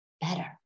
better